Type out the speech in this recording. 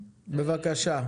בבקשה.